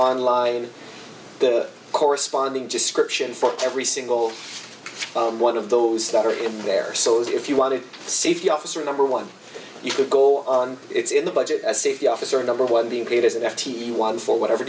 online corresponding just scription for every single one of those that are in there so if you want a safety officer number one you could go on it's in the budget a safety officer number one being paid as an f t one for whatever